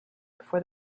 for